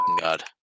God